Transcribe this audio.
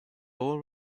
all